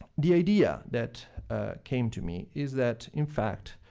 the idea that came to me is that, in fact,